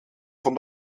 von